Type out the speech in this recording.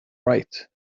right